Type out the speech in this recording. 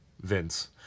vince